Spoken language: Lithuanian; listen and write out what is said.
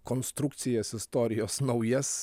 konstrukcijas istorijos naujas